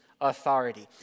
authority